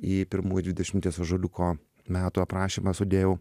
į pirmųjų dvidešimties ąžuoliuko metų aprašymą sudėjau